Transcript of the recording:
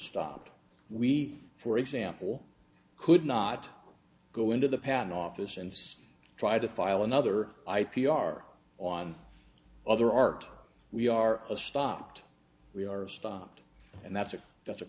stop we for example could not go into the patent office and try to file another i p r on other art we are stopped we are stopped and that's a that's a